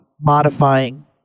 modifying